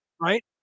right